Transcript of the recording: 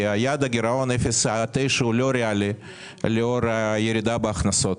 יעד הגירעון 0.9 הוא לא ריאלי לאור הירידה בהכנסות